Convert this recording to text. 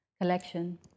collection